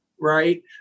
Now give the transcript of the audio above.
right